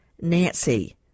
nancy